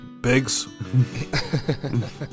Biggs